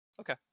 Okay